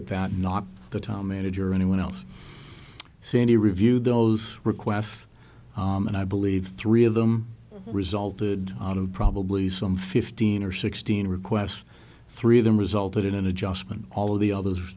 at that not the town manager or anyone else so any review those requests and i believe three of them resulted out of probably some fifteen or sixteen requests three of them resulted in an adjustment all of the others